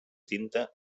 tinta